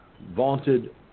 vaunted